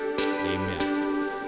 Amen